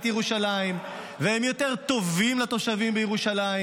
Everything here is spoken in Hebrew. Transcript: ירושלים והם יותר טובים לתושבים בירושלים,